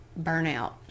burnout